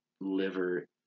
liver